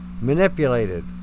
manipulated